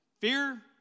fear